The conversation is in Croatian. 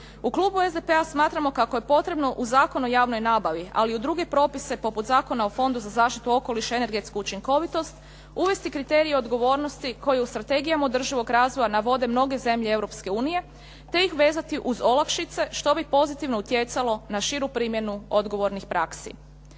U klubu SDP-a smatramo kako je potrebno u Zakonu o javnoj nabavi, ali i u druge propise poput Zakona o fondu za zaštitu okoliša i energetsku učinkovitost uvesti kriterije odgovornosti koje u strategijama održivog razvoja navode mnoge zemlje Europske unije, te ih vezati uz olakšice što bi pozitivno utjecalo na širu primjenu odgovornih praksi.